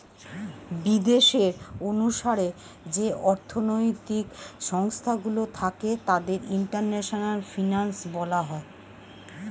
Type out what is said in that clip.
বিদেশের অনুসারে যে অর্থনৈতিক সংস্থা গুলো থাকে তাদের ইন্টারন্যাশনাল ফিনান্স বলা হয়